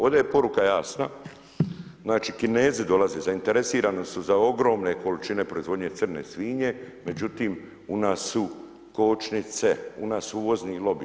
Ovdje je poruka jasna, znači Kinezi dolaze zainteresirani su za ogromne količine proizvodnje crne svinje, međutim u nas su kočnice u nas su uvozni lobij.